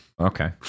Okay